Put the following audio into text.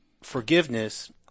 forgiveness